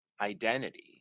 identity